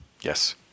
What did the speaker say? Yes